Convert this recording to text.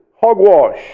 hogwash